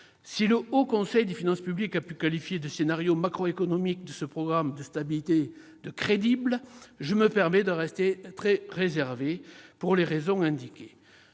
Si le Haut Conseil des finances publiques a pu qualifier le scénario macroéconomique de ce programme de stabilité de crédible, je reste très réservé, pour les raisons indiquées.